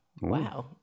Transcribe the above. Wow